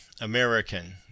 American